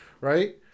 right